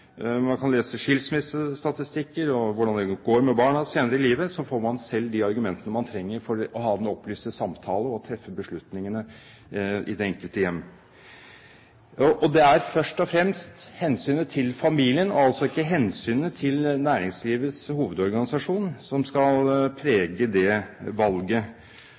Man kan lese skilsmissestatistikker og om hvordan det går med barna senere i livet, så får man selv de argumentene man trenger for å ha den opplyste samtale og treffe beslutningene i det enkelte hjem. Og det er først og fremst hensynet til familien, og altså ikke hensynet til Næringslivets Hovedorganisasjon, som skal prege det valget.